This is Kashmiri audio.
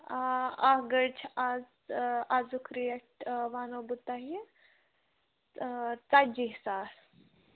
آ اَکھ گٲڑۍ چھِ اَز اَزُک ریٹ وَنو بہٕ تۄہہِ ژَتجی ساس